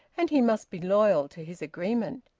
and he must be loyal to his agreement.